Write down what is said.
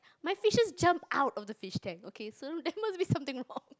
my fishes jump out of the fish tank okay so there's must be something on